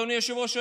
אדוני היושב-ראש,